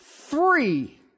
three